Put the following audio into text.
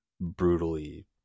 brutally